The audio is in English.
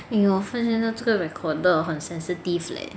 !aiyo! 我发现到这个 recorder 很 sensitive leh